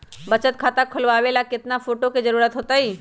बचत खाता खोलबाबे ला केतना फोटो के जरूरत होतई?